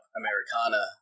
americana